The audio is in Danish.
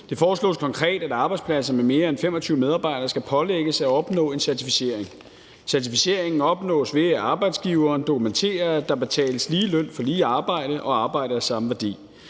Det foreslås konkret, at arbejdspladser med mere end 25 medarbejdere skal pålægges at opnå en certificering. Certificeringen opnås ved, at arbejdsgiveren dokumenterer, at der betales lige løn for lige arbejde og arbejde af samme værdi.